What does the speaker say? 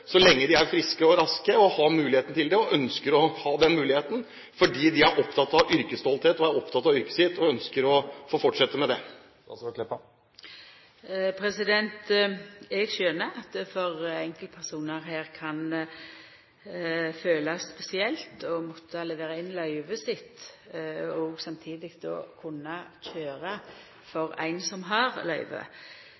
så lenge de er friske og raske og har mulighet til det, og ønsker å ha den muligheten, fordi de er opptatt av yrkesstolthet, opptatt av yrket sitt og ønsker å få fortsette med det. Eg skjønar at det for enkeltpersonar kan følast spesielt å måtta levera inn løyvet sitt, og då samtidig